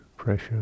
pressure